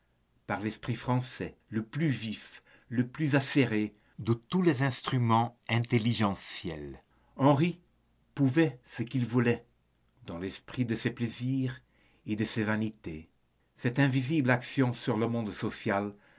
par l'esprit français le plus vif le plus acéré de tous les instruments intelligentiels henri pouvait ce qu'il voulait dans l'intérêt de ses plaisirs et de ses vanités cette invisible action sur le monde social